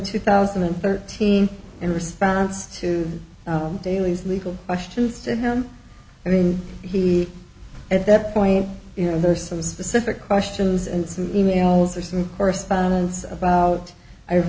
two thousand and thirteen in response to daly's legal questions to him i mean he at that point you know there are some specific questions and some e mails or some correspondence about i